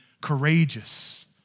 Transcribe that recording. courageous